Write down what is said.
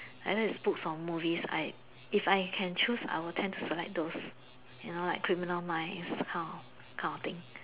I like books from movies I if I can choose I will tend to select those you know like criminal minds that kind that kind of thing